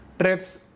trips